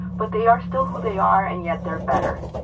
but they are still who they are, and yet, they're better.